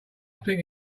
think